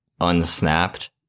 unsnapped